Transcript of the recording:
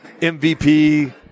MVP